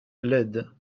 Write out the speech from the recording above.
laides